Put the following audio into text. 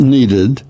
Needed